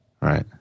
Right